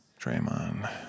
Draymond